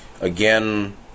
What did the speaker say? again